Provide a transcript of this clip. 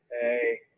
hey